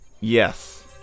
Yes